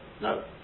No